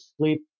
sleep